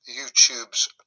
youtube's